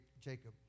Jacob